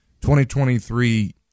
2023